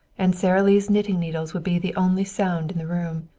and sara lee's knitting needles would be the only sound in the room.